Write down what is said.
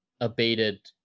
abated